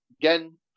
again